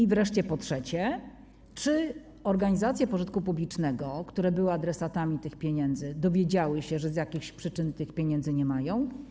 I wreszcie, po trzecie, czy organizacje pożytku publicznego, które były adresatami tych pieniędzy, dowiedziały się, że z jakichś przyczyn tych pieniędzy nie mają?